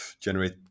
generate